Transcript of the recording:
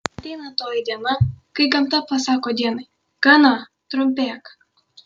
ateina toji diena kai gamta pasako dienai gana trumpėk